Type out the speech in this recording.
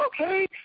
okay